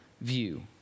view